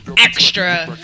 extra